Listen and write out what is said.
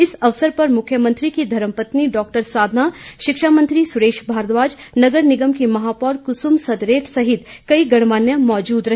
इस अवसर पर मुख्यमंत्री की धर्मपत्नी डॉ साधना शिक्षा मंत्री सुरेश भारद्वाज नगर निगम की महापौर क्सुम सदरेट सहित कई गणमान्य मौजूद रहे